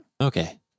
Okay